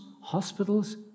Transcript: hospitals